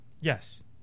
Yes